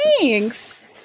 thanks